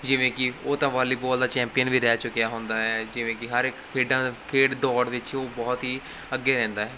ਜਿਵੇਂ ਕਿ ਉਹ ਤਾਂ ਵਾਲੀਬਾਲ ਦਾ ਚੈਂਪੀਅਨ ਵੀ ਰਹਿ ਚੁੱਕਿਆ ਹੁੰਦਾ ਹੈ ਜਿਵੇਂ ਕਿ ਹਰ ਇੱਕ ਖੇਡਾਂ ਖੇਡ ਦੌੜ ਵਿੱਚ ਉਹ ਬਹੁਤ ਹੀ ਅੱਗੇ ਰਹਿੰਦਾ